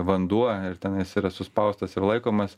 vanduo ir nes yra suspaustas ir laikomas